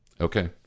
Okay